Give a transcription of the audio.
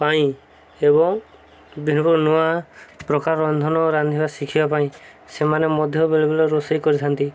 ପାଇଁ ଏବଂ ବିଭିନ୍ନ ନୂଆ ପ୍ରକାର ରନ୍ଧନ ରାନ୍ଧିବା ଶିଖିବା ପାଇଁ ସେମାନେ ମଧ୍ୟ ବେଳେ ବେଳେ ରୋଷେଇ କରିଥାନ୍ତି